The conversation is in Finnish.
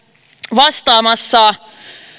vastaamassa